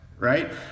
right